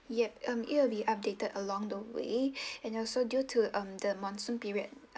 yup mm it will be updated along the way and also due to mm the monsoon period